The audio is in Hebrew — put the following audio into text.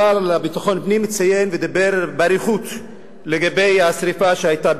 השר לביטחון פנים ציין ודיבר באריכות על השרפה שהיתה בכרמל,